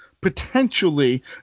potentially